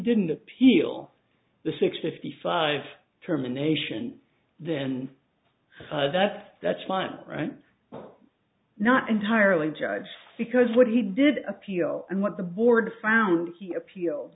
didn't appeal the sixty five terminations then that's that's fine right not entirely judge because what he did appeal and what the board found he appeal